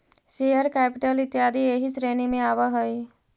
share capital इत्यादि एही श्रेणी में आवऽ हई